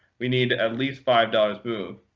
we need at least five dollars move.